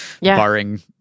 barring